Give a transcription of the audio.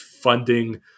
funding